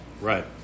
Right